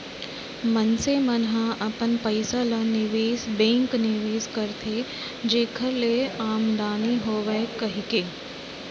मनसे मन ह अपन पइसा ल निवेस बेंक निवेस करथे जेखर ले आमदानी होवय कहिके